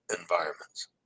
environments